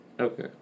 Okay